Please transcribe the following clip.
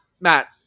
Matt